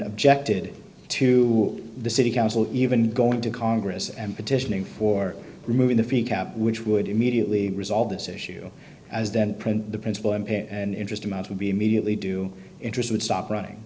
objected to the city council even going to congress and petitioning for removing the fee cap which would immediately resolve this issue as then print the principal and interest amount would be immediately do interest would stop running